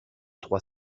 trois